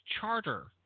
charter –